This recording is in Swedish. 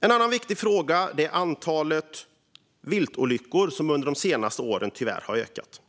En annan fråga är antalet viltolyckor, som under de senaste åren tyvärr har ökat.